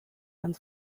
and